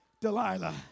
Delilah